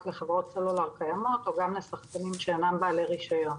לחברות סלולר קיימות או גם לשחקנים שאינם בעלי רישיון.